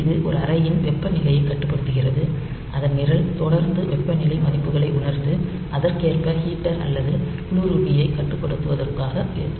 இது ஒரு அறையின் வெப்பநிலையை கட்டுப்படுத்துகிறது அதன் நிரல் தொடர்ந்து வெப்பநிலை மதிப்புகளை உணர்ந்து அதற்கேற்ப ஹீட்டர் அல்லது குளிரூட்டியைக் கட்டுப்படுத்துவதாக இருக்கும்